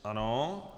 Ano.